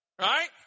Right